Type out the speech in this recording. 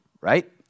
right